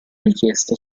richiesta